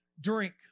drink